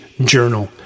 Journal